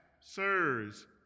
sirs